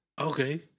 Okay